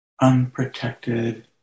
unprotected